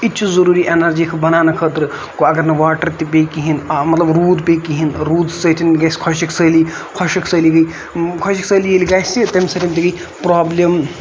یہِ تہِ چھُ ضروٗری اینرجی بَناونہٕ خٲطرٕ گوٚو اَگر نہٕ واٹر تہِ پیٚیہِ کِہینۍ مطلب روٗد پیٚیہِ کِہینۍ تہِ روٗد سۭتۍ گژھِ خۄشٔک سٲلی خۄشٔک سٲلی ییٚلہِ گژھِ تَمہِ سۭتۍ تہِ گے پروبلِم